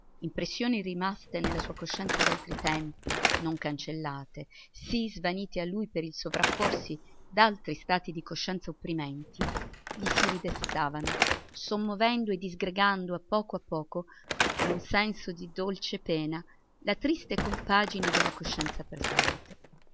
impressioni rimaste nella sua coscienza d'altri tempi non cancellate sì svanite a lui per il sovrapporsi d'altri stati di coscienza opprimenti gli si ridestavano sommovendo e disgregando a poco a poco con un senso di dolce pena la triste compagine della coscienza presente